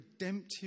redemptive